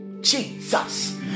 Jesus